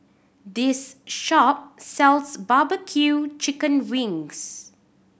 this shop sells bbq chicken wings